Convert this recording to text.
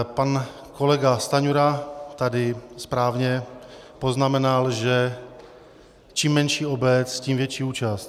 Pan kolega Stanjura tady správně poznamenal, že čím menší obec, tím větší účast.